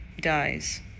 dies